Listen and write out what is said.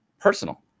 personal